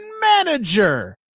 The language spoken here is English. manager